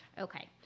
Okay